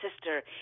sister